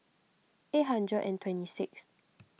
eight hundred and twenty sixth